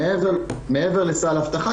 מעבר לסל אבטחה,